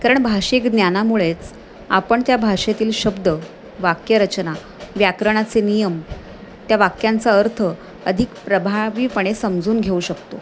कारण भाषिक ज्ञानामुळेच आपण त्या भाषेतील शब्द वाक्यरचना व्याकरणाचे नियम त्या वाक्यांचा अर्थ अधिक प्रभावीपणे समजून घेऊ शकतो